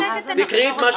אני לא מנותקת --- הלו,